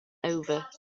over